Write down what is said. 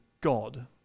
God